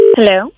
Hello